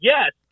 Yes